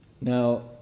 Now